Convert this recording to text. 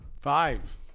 Five